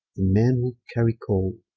men would carry coales.